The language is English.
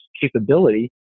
capability